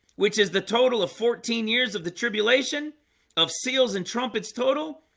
which is the total of fourteen years of the tribulation of seals and trumpets total.